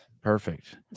perfect